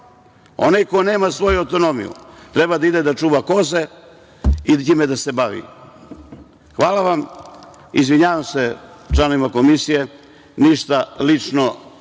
Onaj ko nema svoju autonomiju treba da ide da čuva koze i time da se bavi. Hvala vam. Izvinjavam se članovima Komisije, ništa lično